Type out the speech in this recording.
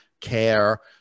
care